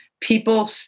people